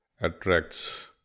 attracts